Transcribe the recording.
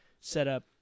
setup